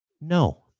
No